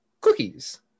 cookies